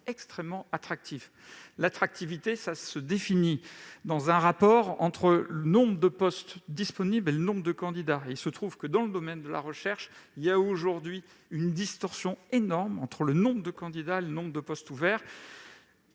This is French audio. extrêmement attractifs. L'attractivité se définit dans un rapport entre le nombre de postes disponibles et le nombre de candidats. Or il y a aujourd'hui, dans le domaine de la recherche, une distorsion énorme entre le nombre de candidats et le nombre de postes ouverts,